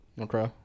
Okay